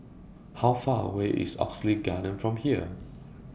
How Far away IS Oxley Garden from here